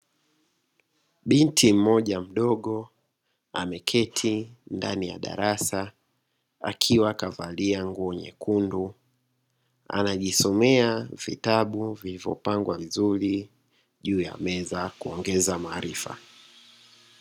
Binti mmoja mdogo ameketi ndani ya darasa akiwa kavalia nguo nyekundu, anajisomea vitabu vilivyopangwa vizuri juu ya meza kuongeza maarifa.